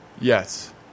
Yes